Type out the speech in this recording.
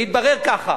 והתברר ככה,